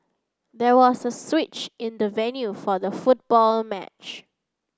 there was a switch in the venue for the football match